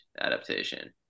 adaptation